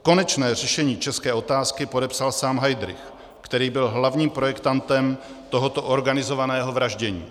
Konečné řešení české otázky podepsal sám Heydrich, který byl hlavním projektantem tohoto organizovaného vraždění.